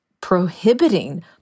prohibiting